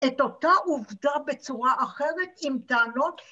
‫את אותה עובדה בצורה אחרת ‫עם טענות...